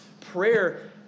Prayer